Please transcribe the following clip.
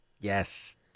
Yes